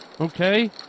okay